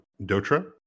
Dotra